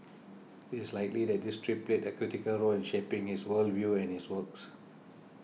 it is likely that this trip played a critical role in shaping his world view and his works